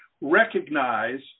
recognize